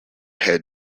head